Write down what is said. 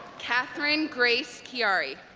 katherine grace chiari